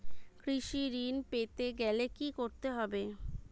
কৃষি ঋণ পেতে গেলে কি করতে হবে?